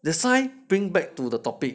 the sigh bring back to the topic